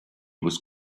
was